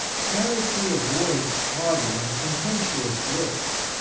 charity avoids haughty and contemptuous looks,